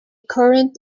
current